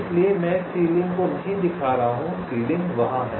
इसलिए मैं इस सीलिंग को नहीं दिखा रहा हूं सीलिंग वहां है